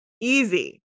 Easy